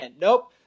Nope